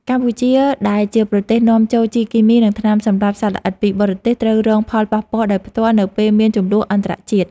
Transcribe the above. កម្ពុជាដែលជាប្រទេសនាំចូលជីគីមីនិងថ្នាំសម្លាប់សត្វល្អិតពីបរទេសត្រូវរងផលប៉ះពាល់ដោយផ្ទាល់នៅពេលមានជម្លោះអន្តរជាតិ។